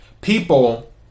people